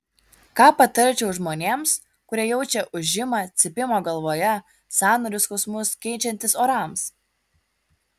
ką patarčiau žmonėms kurie jaučia ūžimą cypimą galvoje sąnarių skausmus keičiantis orams